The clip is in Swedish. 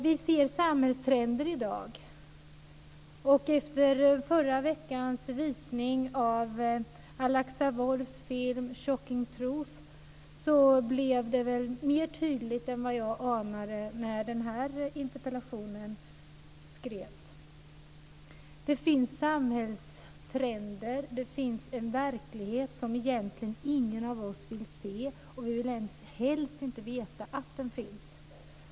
Vi ser samhällstrender i dag. Och efter förra veckans visning av Alexa Wolfs film Shocking truth blev det väl mer tydligt än vad jag anade när den här interpellationen skrevs. Det finns samhällstrender. Det finns en verklighet som egentligen ingen av oss vill se, och vi vill helst inte veta att den finns.